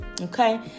Okay